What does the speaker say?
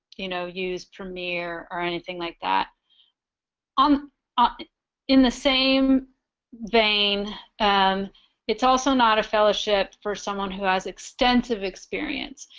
you know use premiere or anything like that on ah in the same vein and it's also not a fellowship for someone who has extensive experience